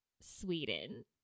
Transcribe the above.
Sweden